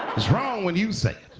it's wrong when you say